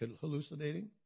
hallucinating